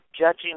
judging